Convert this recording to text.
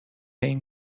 این